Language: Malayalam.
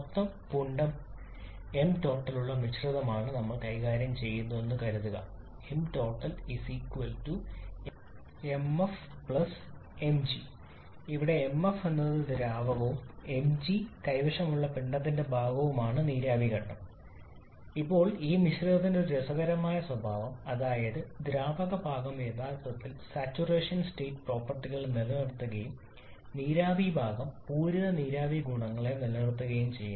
മൊത്തം പിണ്ഡമുള്ള mtotal ഉള്ള ഒരു മിശ്രിതമാണ് ഞങ്ങൾ കൈകാര്യം ചെയ്യുന്നതെന്ന് കരുതുക 𝑚𝑡𝑜𝑡𝑎𝑙 𝑚𝑓 𝑚𝑔 ഇവിടെ mf എന്നത് ദ്രാവക mg കൈവശമുള്ള പിണ്ഡത്തിന്റെ ഭാഗമാണ് നീരാവി ഘട്ടം കൈവശമുള്ള പിണ്ഡത്തിന്റെ ഭാഗമാണ് ഇപ്പോൾ ഈ മിശ്രിതത്തിന്റെ ഒരു രസകരമായ സ്വഭാവം അതായത് ദ്രാവക ഭാഗം യഥാർത്ഥത്തിൽ സാച്ചുറേഷൻ സ്റ്റേറ്റ് പ്രോപ്പർട്ടികൾ നിലനിർത്തുകയും നീരാവി ഭാഗം പൂരിത നീരാവി ഗുണങ്ങളെ നിലനിർത്തുകയും ചെയ്യുന്നു